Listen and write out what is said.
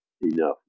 Enough